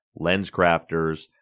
LensCrafters